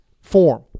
form